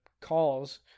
calls